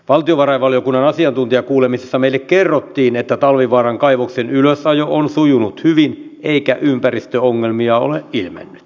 valtiovarainvaliokunnan asiantuntijakuulemisissa meille kerrottiin että talvivaaran kaivoksen ylösajo on sujunut hyvin eikä ympäristöongelmia ole ilmennyt